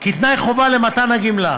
כתנאי חובה למתן הגמלה,